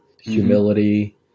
humility